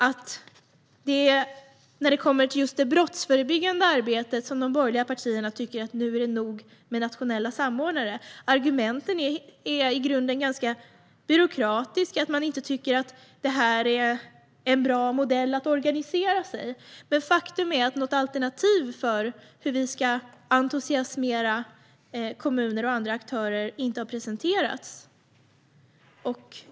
De borgerliga partierna tycker i fråga om det brottsförebyggande arbetet att det är nog med nationella samordnare. Argumenten är i grunden ganska byråkratiska. Man tycker inte att det är en bra modell för att organisera sig. Faktum är att något alternativ för hur vi ska entusiasmera kommuner och andra aktörer inte har presenterats.